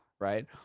Right